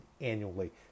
annually